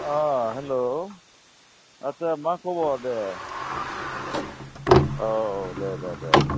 अ hello आच्चा मा खबर दे औ दे दे दे